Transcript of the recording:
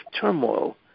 turmoil